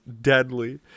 deadly